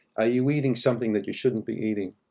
ah you eating something that you shouldn't be eating?